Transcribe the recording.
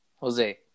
Jose